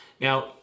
Now